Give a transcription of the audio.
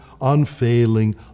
unfailing